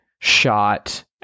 shot